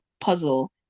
puzzle